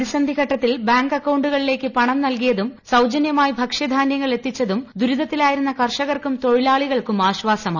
പ്രതിസന്ധി ഘട്ടത്തിൽ ബ്ദാങ്ക് അക്കൌണ്ടുകളിലേക്ക് പണം നൽകിയതും സൌജന്യമായി ഭക്ഷ്യൂധാന്യങ്ങൾ എത്തിച്ചതും ദുരിതത്തിലായിരുന്ന കർഷകർക്കൂർപ്പ് തൊഴിലാളികൾക്കും ആശാസമായി